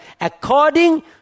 according